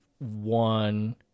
one